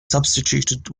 substituted